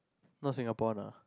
not Singaporean ah